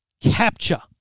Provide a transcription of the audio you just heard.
capture